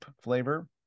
flavor